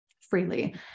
freely